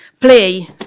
play